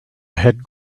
had